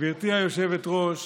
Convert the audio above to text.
גברתי היושבת-ראש,